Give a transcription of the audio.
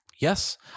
Yes